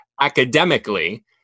academically